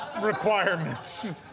requirements